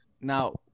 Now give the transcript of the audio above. Now